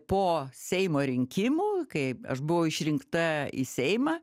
po seimo rinkimų kai aš buvau išrinkta į seimą